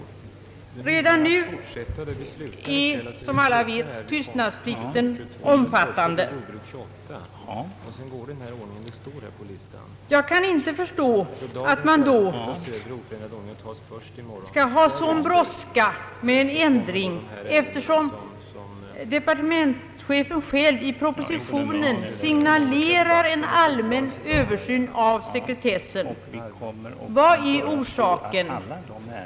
Redan nu är som alla vet tystnadsplikten omfattande. Jag kan inte förstå att man då måste ha så bråttom med en ändring, eftersom departementschefen själv i propositionen signalerar en allmän översyn över sekretessen. Vad är orsaken?